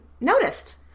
noticed